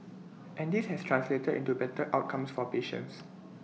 and this has translated into better outcomes for patients